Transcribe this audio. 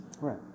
Right